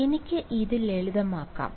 അതിനാൽ എനിക്ക് ഇത് ലളിതമാക്കാം